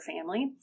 family